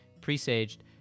presaged